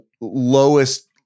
lowest